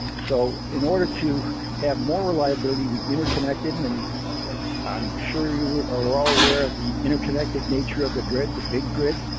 so, in order to have more reliability with interconnected and and i'm sure you were or were all aware of the interconnected nature of the grid, the big grid,